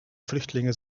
flüchtlinge